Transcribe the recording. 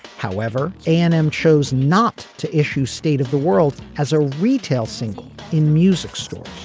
however adam chose not to issue state of the world as a retail single in music stores.